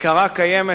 עיקרה קיימת,